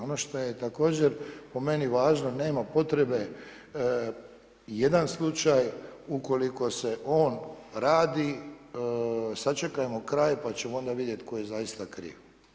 Ono što je također po meni važno, nema potrebe i jedan slučaj ukoliko se on radi, sačekajmo kraj pa ćemo onda vidjeti tko je zaista kriv.